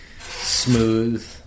smooth